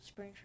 Springtrap